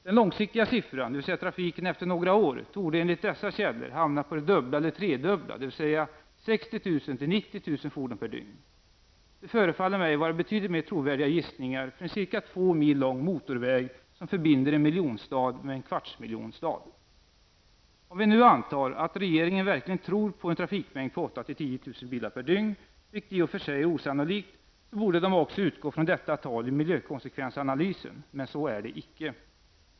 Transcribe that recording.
Den långsiktiga siffran, dvs. trafiken efter några år, torde enligt dessa källor hamna på det dubbla eller tredubbla -- dvs. 60 000--90 000 fordon per dygn. Det förefaller mig vara betydligt mer trovärdiga gissningar för en ca 2 mil lång motorväg som förbinder en miljonstad med en kvartsmiljonstad. Om vi nu antar att regeringen verkligen tror på en trafikmängd på 8 000--10 000 bilar per dygn, vilket i och för sig är osannolikt, så borde den också utgå från detta tal i miljökonsekvensanalysen. Men så är det icke.